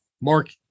mark